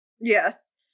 Yes